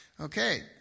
Okay